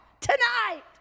Tonight